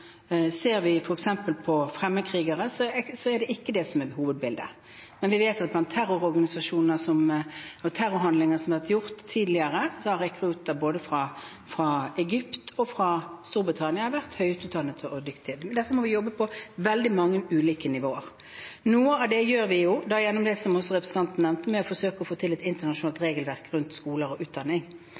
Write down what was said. ser vi f.eks. på fremmedkrigere, er det ikke det som er hovedbildet. Men vi vet at blant terrororganisasjoner og i forbindelse med terrorhandlinger som har vært utført tidligere, har rekrutter både fra Egypt og fra Storbritannia vært høyt utdannet og dyktige. Derfor må vi jobbe på veldig mange ulike nivåer. Noe av det gjør vi gjennom det som også representanten nevnte, ved å forsøke å få til et internasjonalt regelverk om skoler og utdanning.